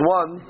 one